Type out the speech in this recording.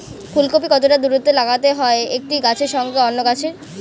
ফুলকপি কতটা দূরত্বে লাগাতে হয় একটি গাছের সঙ্গে অন্য গাছের?